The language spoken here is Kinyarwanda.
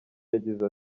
yagize